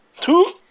Two